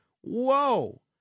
Whoa